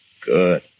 Good